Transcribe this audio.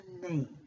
name